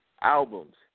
albums